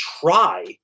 try